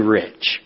rich